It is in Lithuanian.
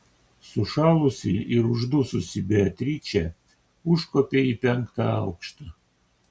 sušalusi ir uždususi beatričė užkopė į penktą aukštą